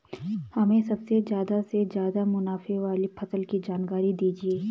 हमें सबसे ज़्यादा से ज़्यादा मुनाफे वाली फसल की जानकारी दीजिए